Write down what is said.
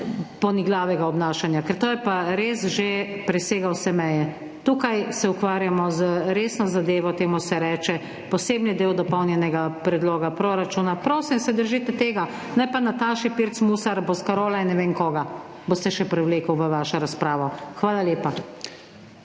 poniglavega obnašanja. Ker to pa res že presega vse meje. Tukaj se ukvarjamo z resno zadevo, temu se reče posebni del dopolnjenega predloga proračuna. Prosim, da se držite tega, ne pa Nataše Pirc Musar, Boscarola in ne vem, koga boste še privlekli v svojo razpravo. Hvala lepa.